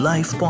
Life